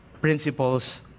principles